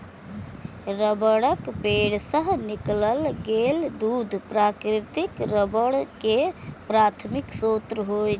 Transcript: रबड़क पेड़ सं निकालल गेल दूध प्राकृतिक रबड़ के प्राथमिक स्रोत होइ छै